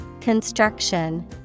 Construction